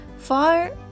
Far